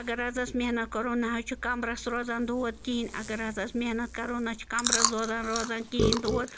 اگر حظ أسۍ محنت کَرَو نہٕ حظ چھِ کَمرَس روزان دود کِہیٖنۍ اگر ہسا أسۍ محنت کَرو نہ چھِ کَمرَس روزان کِہیٖنۍ دود